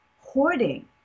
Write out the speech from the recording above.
hoarding